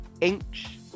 inch